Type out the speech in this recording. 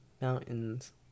mountains